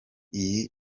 iyi